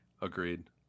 Agreed